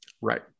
right